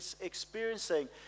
experiencing